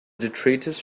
detritus